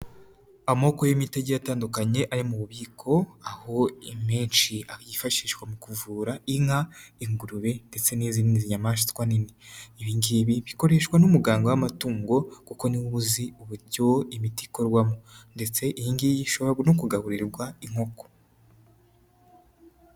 Amoko y'imiti agiye atandukanye ari mu bubiko, aho amenshi yifashishwa mu kuvura inka, ingurube ndetse n'izindi nyamaswa nini, ibi ngibi bikoreshwa n'umuganga w'amatungo kuko ni we uba uzi uburyo imiti ikorwamo ndetse iyi ishoborabu no kugaburirwa inkoko.